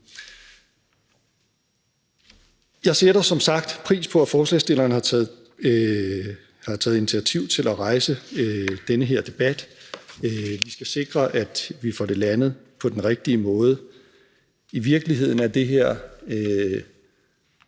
Jeg sætter som sagt pris på, at forslagsstillerne har taget initiativ til at rejse den her debat. Vi skal sikre, at vi får det landet på den rigtige måde. I virkeligheden er det her